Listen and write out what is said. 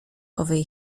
owej